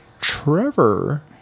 Trevor